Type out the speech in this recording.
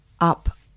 up